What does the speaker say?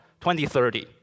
2030